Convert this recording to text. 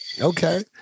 Okay